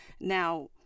Now